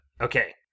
Okay